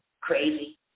Crazy